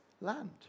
land